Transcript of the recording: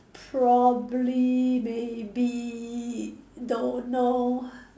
probably maybe don't know